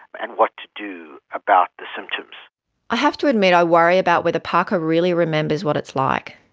and what to do about the symptoms. i have to admit i worry about whether parker really remembers what it's like.